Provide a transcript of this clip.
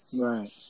Right